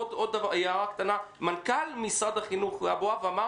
עוד הערה קטנה: מנכ"ל משרד החינוך שמואל אבואב אמר